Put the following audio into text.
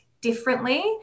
differently